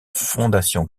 fondation